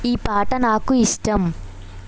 ఈ పాట నాకు ఇష్టం